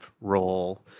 role